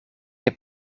heb